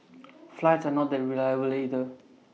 flights are not that reliable either